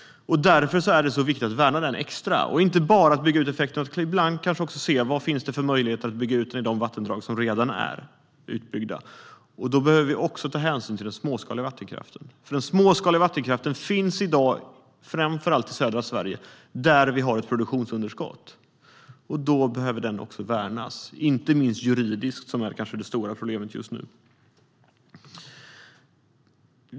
Därför är det så viktigt att värna den extra och att inte bara bygga ut effekten utan ibland också se vad det finns för möjlighet att bygga ut den i de vattendrag som redan är utbyggda. Då behöver vi också ta hänsyn till den småskaliga vattenkraften. Den småskaliga vattenkraften finns i dag framför allt i södra Sverige, där vi har ett produktionsunderskott. Då behöver den värnas, inte minst juridiskt som kanske är det stora problemet just nu.